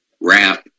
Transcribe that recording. wrap